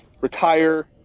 retire